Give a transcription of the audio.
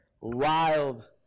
Wild